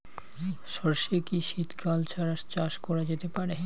সর্ষে কি শীত কাল ছাড়া চাষ করা যেতে পারে?